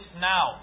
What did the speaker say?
now